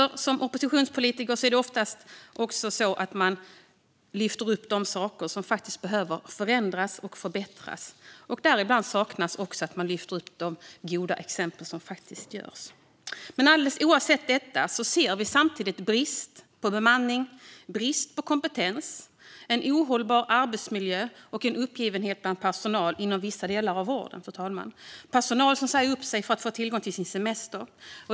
Som oppositionspolitiker är det oftast så att man lyfter upp de saker som behöver förändras och förbättras. Därför saknas ibland de goda exempel som faktiskt finns. Oavsett detta ser vi samtidigt brist när det gäller bemanning. Vi ser brist på kompetens, en ohållbar arbetsmiljö och uppgivenhet hos personal inom vissa delar av vården. Det är personal som säger upp sig för att få ut sin semester.